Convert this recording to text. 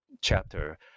chapter